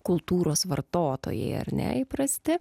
kultūros vartotojai ar ne įprasti